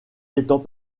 étant